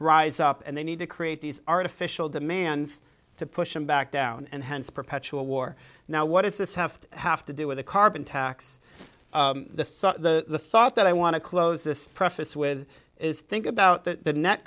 rise up and they need to create these artificial demands to push them back down and hence perpetual war now what does this have to have to do with a carbon tax the thought the thought that i want to close this preface with is think about the net